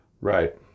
Right